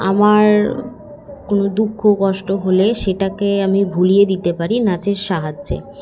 আমার কোনো দুঃখ কষ্ট হলে সেটাকে আমি ভুলিয়ে দিতে পারি নাচের সাহায্যে